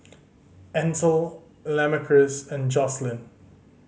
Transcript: Ansel Lamarcus and Joslyn